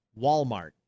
Walmart